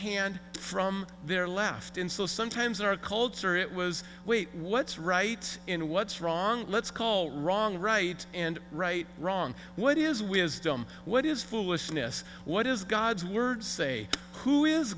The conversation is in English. hand from their left in so sometimes in our culture it was wait what's right in what's wrong let's call wrong right and right wrong what is wisdom what is foolishness what is god's word say who is